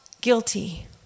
guilty